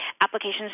applications